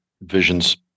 visions